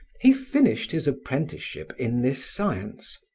he finished his apprenticeship in this science,